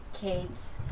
kids